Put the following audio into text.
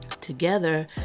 Together